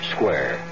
Square